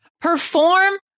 perform